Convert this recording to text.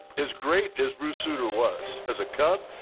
as great as bruce sutter was as a cub,